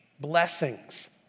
blessings